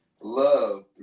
Love